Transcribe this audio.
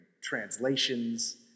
translations